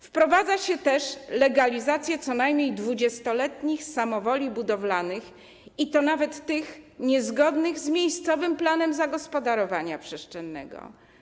Wprowadza się też legalizację co najmniej 20-letnich samowoli budowlanych, i to nawet tych niezgodnych z miejscowym planem zagospodarowania przestrzennego.